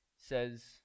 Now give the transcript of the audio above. says